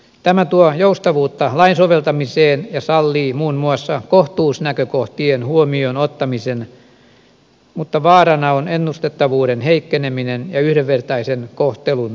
tämä tuo joustavuutta lain soveltamiseen ja sallii muun muassa kohtuusnäkökohtien huomioon ottamisen mutta vaarana on ennustettavuuden heikkeneminen ja yhdenvertaisen kohtelun vaarantuminen